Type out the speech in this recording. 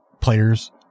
players